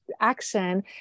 action